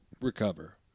recover